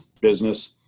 business